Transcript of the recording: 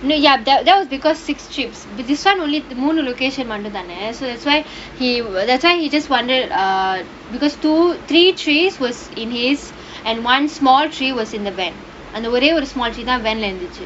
ya that that was because six trips this one only மூணு:moonu location மட்டும் தான:mattum thaana so that's why he just wonder err because two three trees was in his and one small tree was in the van and அந்த ஒரே ஒரு:antha orae oru small tree தான்:thaan van lah இருந்துச்சி:irunthuchchi